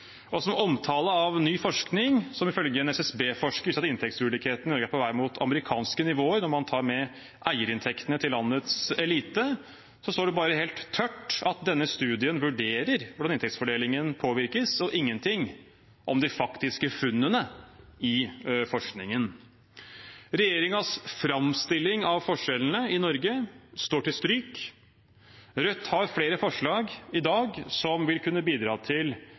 Som omtale av ny forskning som ifølge en SSB-forsker viser at inntektsulikheten i Norge er på vei mot amerikanske nivåer når man tar med eierinntektene til landets elite, står det bare helt tørt at denne studien vurderer hvordan inntektsfordelingen påvirkes, og ingenting om de faktiske funnene i forskningen. Regjeringens framstilling av forskjellene i Norge står til stryk. Rødt har flere forslag i dag som vil kunne bidra til